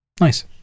Nice